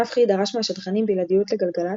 נפחי דרש מהשדרנים בלעדיות לגלגלצ,